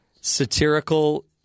satirical